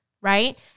right